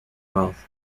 wealth